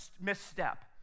misstep